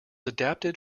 adapted